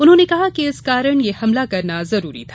उन्होंने कहा कि इस कारण यह हमला करना जरूरी था